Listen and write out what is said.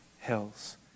hills